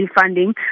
funding